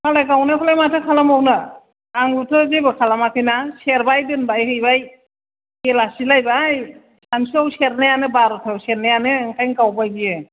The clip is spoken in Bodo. मालाय गावनायखौलाय माथो खालामबावनो आंबोथ' जेबो खालामाखैना सेरबाय दोनबाय हैबाय बेलासिलायबाय सानसुआव सेरनायानो बार'थायाव सेरनायानो ओंखायनो गावबाय बियो